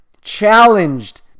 challenged